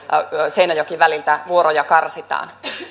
seinäjoki väliltä vuoroja karsitaan